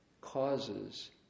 causes